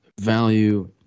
value